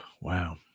Wow